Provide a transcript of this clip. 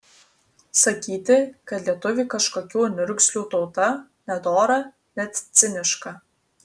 sakyti kad lietuviai kažkokių niurgzlių tauta nedora net ciniška